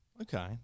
Okay